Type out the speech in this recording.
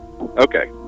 Okay